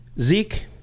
Zeke